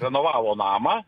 renovavo namą